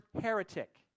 heretic